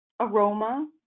aroma